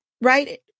right